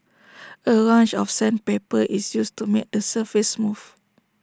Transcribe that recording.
A range of sandpaper is used to make the surface smooth